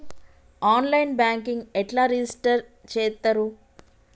On line banking ఎట్లా register చేత్తరు?